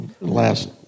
last